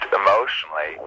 emotionally